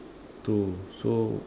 two so